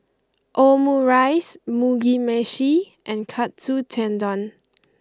Omurice Mugi Meshi and Katsu Tendon